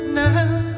now